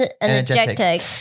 energetic